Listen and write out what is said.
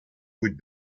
would